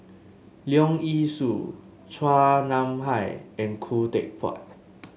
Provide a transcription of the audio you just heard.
Leong Yee Soo Chua Nam Hai and Khoo Teck Puat